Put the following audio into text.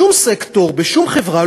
בשום סקטור ובשום חברה,